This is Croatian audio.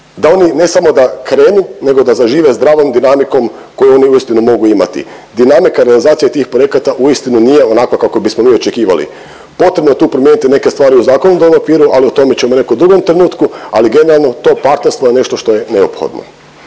da oni ne samo da krenu, nego da zažive zdravom dinamikom koju oni uistinu mogu imati. Dinamika i realizacija tih projekata uistinu nije onakva kako bismo mi očekivali. Potrebno je tu promijeniti neke stvari u zakonodavnom okviru, ali o tome ćemo u nekom drugom trenutku, ali generalno, to partnerstvo je nešto što je neophodno.